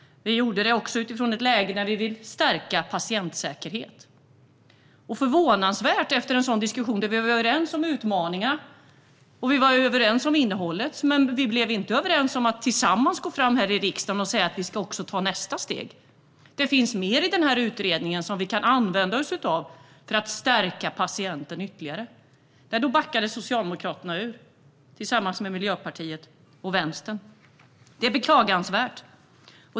Vi gjorde det också utifrån ett läge där vi ville stärka patientsäkerheten. Det hände något förvånansvärt efter en sådan diskussion. Vi var överens om utmaningar, och vi var överens om innehållet. Men vi blev inte överens om att tillsammans gå fram här i riksdagen och säga att vi ska ta nästa steg. Det finns mer i denna utredning som vi kan använda oss av för att stärka patienten ytterligare. Då backade Socialdemokraterna, tillsammans med Miljöpartiet och Vänstern. Det är beklagansvärt.